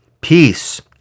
peace